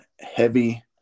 heavy